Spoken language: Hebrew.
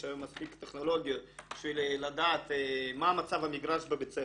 יש היום מספיק טכנולוגיות בשביל לדעת מה מצב המגרש בבית ספר.